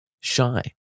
shy